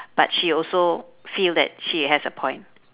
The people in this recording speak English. but she also feel that she has a point